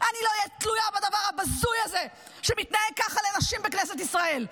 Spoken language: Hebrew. אני לא אהיה תלויה בדבר הבזוי הזה שמתנהג ככה לנשים בכנסת ישראל.